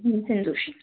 Bhimsen Joshi